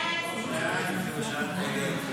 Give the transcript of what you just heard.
ההצעה להעביר את